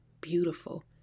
beautiful